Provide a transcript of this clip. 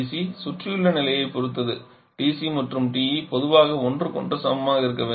TC சுற்றியுள்ள நிலையைப் பொறுத்தது TC மற்றும் TE பொதுவாக ஒன்றுக்கொன்று சமமாக இருக்கும்